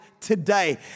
today